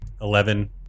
Eleven